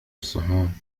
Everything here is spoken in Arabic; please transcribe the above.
الصحون